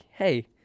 Hey